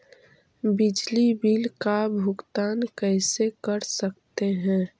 बिजली बिल का भुगतान कैसे कर सकते है?